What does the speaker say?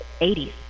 80s